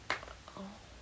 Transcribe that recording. oh